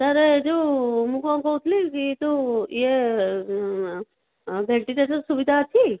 sir ଏ ଯେଉଁ ମୁଁ କ'ଣ କହୁଥିଲି କି ଏଇ ଯେଉଁ ଇଏ ଭେଣ୍ଟିଲେସନ୍ ସୁବିଧା ଅଛି